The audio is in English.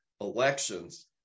elections